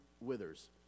withers